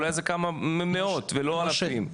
אולי זה כמה מאות ולא אלפים.